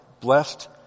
Blessed